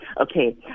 Okay